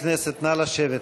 חברי הכנסת, נא לשבת.